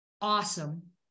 awesome